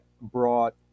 brought